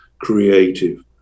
creative